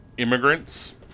Immigrants